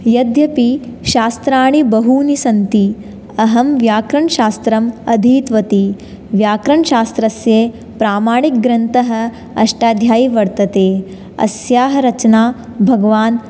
यद्यपि शास्त्राणि बहूनि सन्ति अहं व्याकरणशास्त्रं अधीतवती व्याकरणशास्त्रस्य प्रामाणिकग्रन्थः अष्टाध्यायी वर्तते अस्याः रचना भगवान्